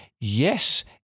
yes